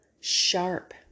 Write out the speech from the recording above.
sharp